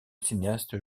cinéaste